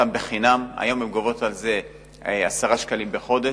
היום הן גובות על זה 10 שקלים בחודש.